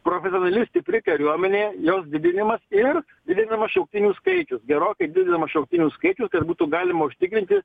profesionali stipri kariuomenė jos didinimas ir didinamas šauktinių skaičius gerokai didinamas šauktinių skaičius kad būtų galima užtikrinti